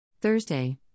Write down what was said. Thursday